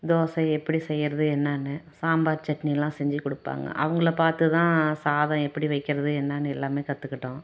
தோசை எப்படி செய்யறது என்னான்னு சாம்பார் சட்னியெலாம் செஞ்சு கொடுப்பாங்க அவங்கள பார்த்துதான் சாதம் எப்படி வைக்கிறது என்னான்னு எல்லாமே கற்றுக்கிட்டோம்